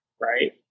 right